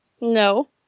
No